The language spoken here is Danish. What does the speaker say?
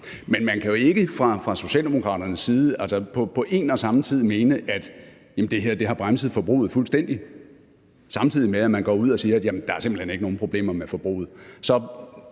men man kan jo ikke fra Socialdemokraternes side på en og samme tid mene, at det her har bremset forbruget fuldstændigt, og samtidig gå ud og sige, at der simpelt hen ingen problemer er med forbruget.